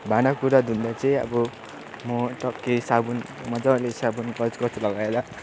भाँडाकुँडा धुँदा चाहिँ अब म टक्कै साबुन मजाले साबुन गजगज लगाएर